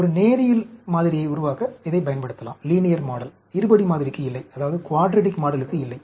ஒரு நேரியல் மாதிரியை உருவாக்க நாம் இதைப் பயன்படுத்தலாம் இருபடி மாதிரிக்கு இல்லை